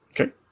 Okay